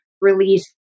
release